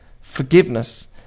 forgiveness